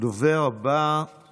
הדובר הבא הוא